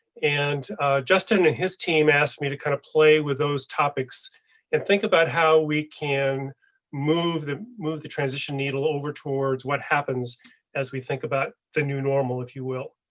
and justin and his team asked me to kind of play with those topics and think about how we can move the move, the transition needle over towards what happens as we think about the new normal, if you will.